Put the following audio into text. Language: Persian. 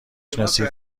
شناسی